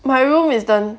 my room is the~